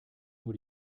nur